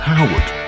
Howard